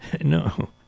No